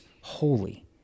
holy